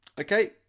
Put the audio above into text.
okay